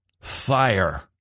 fire